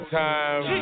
time